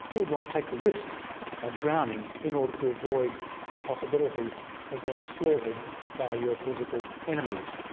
who would want to take the risk of drowning in order to avoid the possibility of being slaughtered by your political enemies?